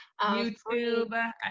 youtube